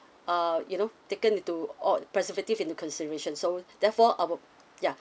err you know taken into all preservative into consideration so therefore our ya